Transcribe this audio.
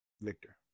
Victor